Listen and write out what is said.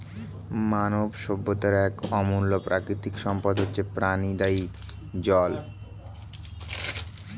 মানব সভ্যতার এক অমূল্য প্রাকৃতিক সম্পদ হচ্ছে প্রাণদায়ী জল